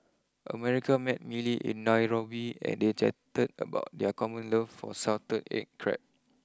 America met Millie in Nairobi and they chatted about their common love for Salted Egg Crab